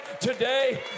today